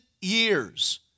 years